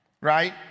right